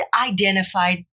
identified